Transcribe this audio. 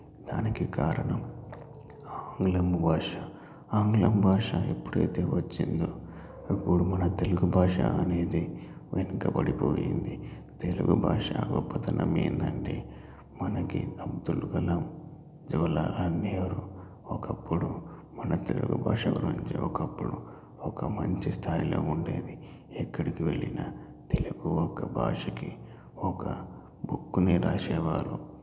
దానికి కారణం ఆంగ్లము భాష ఆంగ్లము భాష ఎప్పుడైతే వచ్చిందో ఇప్పుడు మన తెలుగు భాష అనేది వెనుకబడిపోయింది తెలుగు భాష గొప్పదనం ఏందంటే మనకి అబ్దుల్ కలాం జవహర్లాల్ నెహ్రూ ఒకప్పుడు మన తెలుగు భాష గురించి ఒకప్పుడు ఒక మంచి స్థాయిలో ఉండేది ఎక్కడికి వెళ్ళినా తెలుగు ఒక భాషకి ఒక బుక్కుని రాసేవారు